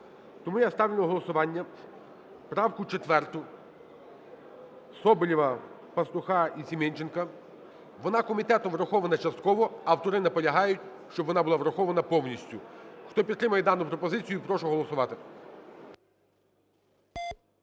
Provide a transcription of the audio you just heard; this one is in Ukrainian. Тому я ставлю на голосування правку 4 Соболєва, Пастуха і Семенченка, вона комітетом врахована частково, автори наполягають, щоб вона була врахована повністю. Хто підтримує дану пропозицію, прошу голосувати.